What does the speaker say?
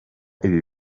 ibi